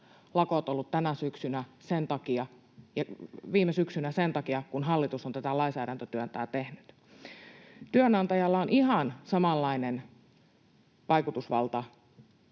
ennätyslakot olleet viime syksynä sen takia, kun hallitus on tätä lainsäädäntötyötään tehnyt. Työnantajalla on ihan samanlainen vaikutusvalta